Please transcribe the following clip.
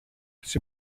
της